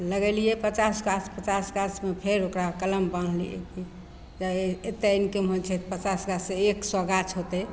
लगेलिए पचास गाछ पचास गाछमे फेर ओकरा कलम बान्हलिए कहै एतेक इनकम होइ छै पचास गाछसे एक सओ गाछ होतै